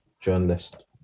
journalist